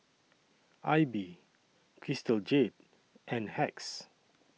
AIBI Crystal Jade and Hacks